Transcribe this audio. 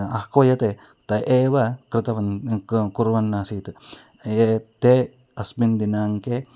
आह्वयते त एव कुर्वन् कुर्वन् आसीत् ये ते अस्मिन् दिनाङ्के